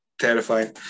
terrifying